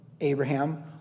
Abraham